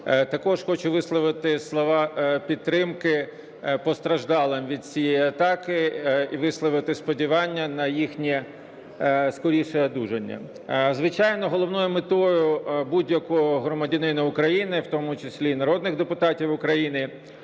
Також хочу висловити слова підтримки постраждалим від цієї атаки і висловити сподівання на їхнє скоріше одужання. Звичайно, головною метою будь-якого громадянина України, в тому числі і народних депутатів України,